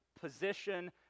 position